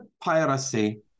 piracy